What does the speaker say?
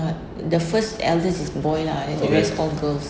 err the first eldest is boy lah then the rest is all girls